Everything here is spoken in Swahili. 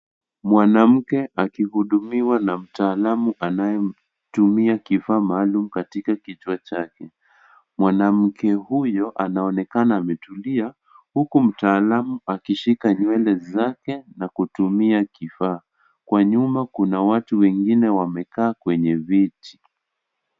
Mwanamke akihudumiwa na mtaalamu anayetumia kifaa maalum katika kichwa chake, mwanamke huyo anaonekana ametulia huku mtaalamu akishika nywele zake na kutumia kifaa, kwa nyuma kuna watu wengine wamekaa kwenye viti.